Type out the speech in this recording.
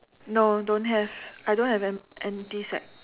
no don't have I don't have emp~ empty sack